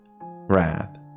wrath